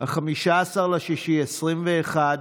15 ביוני 2021,